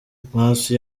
hasi